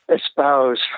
espouse